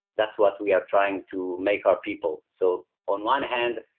that's what we are trying to make our people. so, on one hand,